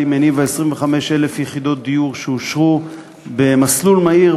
הניבה 25,000 יחידות דיור שאושרו במסלול מהיר,